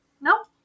Nope